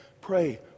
pray